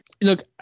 Look